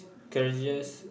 craziest